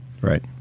Right